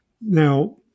Now